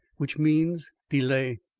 which means delay,